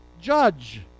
judge